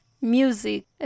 music